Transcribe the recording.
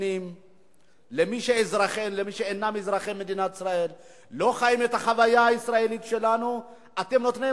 שכל אזרח ישראלי, לא חשוב מה הלאום שלו,